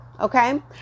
okay